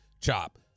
Chop –